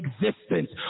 existence